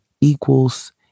equals